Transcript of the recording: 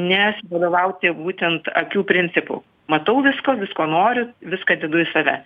nesivadovauti būtent akių principu matau visko visko noriu viską dedu į save